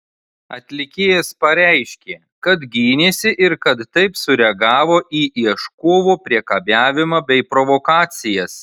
atlikėjas pareiškė kad gynėsi ir kad taip sureagavo į ieškovo priekabiavimą bei provokacijas